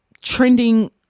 trending